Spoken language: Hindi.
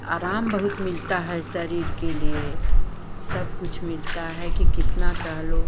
आराम बहुत मिलता है शरीर के लिए सब कुछ मिलता है कि कितना टहलो